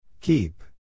Keep